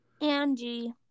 Angie